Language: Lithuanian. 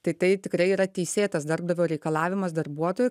tai tai tikrai yra teisėtas darbdavio reikalavimas darbuotojui